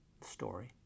story